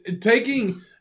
taking